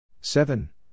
Seven